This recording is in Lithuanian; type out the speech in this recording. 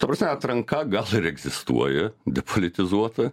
ta prasme atranka gal ir egzistuoja depolitizuota